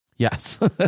Yes